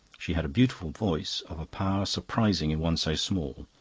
she had a beautiful voice, of a power surprising in one so small,